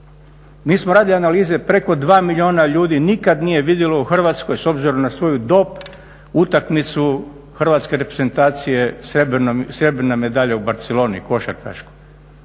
mi smo radili analize preko 2 milijuna ljudi nikad nije vidjelo u Hrvatskoj s obzirom na svoju dob utakmicu Hrvatske reprezentacije srebrna medalja u Barceloni košarkaška.